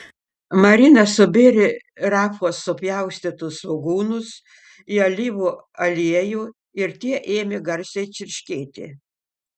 marina subėrė rafos supjaustytus svogūnus į alyvų aliejų ir tie ėmė garsiai čirškėti